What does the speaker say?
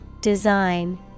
design